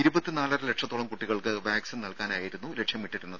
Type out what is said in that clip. ഇരുപത്തി നാലര ലക്ഷത്തോളം കുട്ടികൾക്ക് വാക്സിൻ നൽകാനായിരുന്നു ലക്ഷ്യമിട്ടിരുന്നത്